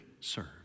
serve